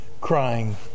crying